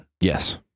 Yes